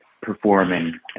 performing